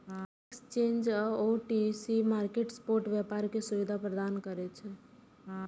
exchange आ OTC market spot व्यापार के सुविधा प्रदान करै छै